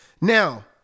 Now